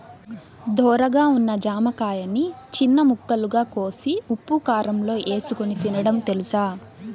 ధోరగా ఉన్న జామకాయని చిన్న ముక్కలుగా కోసి ఉప్పుకారంలో ఏసుకొని తినడం తెలుసా?